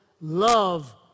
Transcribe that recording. love